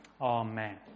Amen